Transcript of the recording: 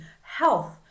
health